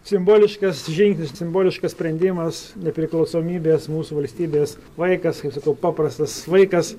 simboliškas žingsnis simboliškas sprendimas nepriklausomybės mūsų valstybės vaikas kaip sakau paprastas vaikas